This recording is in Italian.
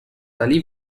tali